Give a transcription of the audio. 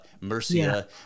mercia